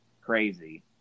crazy